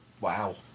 Wow